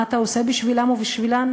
מה אתה עושה בשבילם ובשבילן?